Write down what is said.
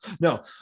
No